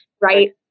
right